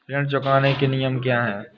ऋण चुकाने के नियम क्या हैं?